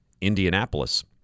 Indianapolis